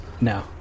No